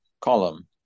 column